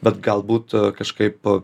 bet galbūt kažkaip